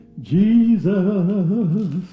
jesus